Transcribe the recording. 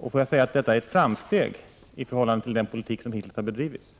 Låt mig säga att detta är ett framsteg i förhållande till den politik som hittills har bedrivits.